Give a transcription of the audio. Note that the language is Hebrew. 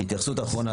התייחסות אחרונה,